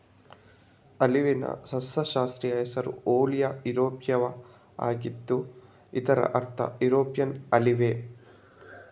ಆಲಿವ್ನ ಸಸ್ಯಶಾಸ್ತ್ರೀಯ ಹೆಸರು ಓಲಿಯಾ ಯುರೋಪಿಯಾವಾಗಿದ್ದು ಇದರ ಅರ್ಥ ಯುರೋಪಿಯನ್ ಆಲಿವ್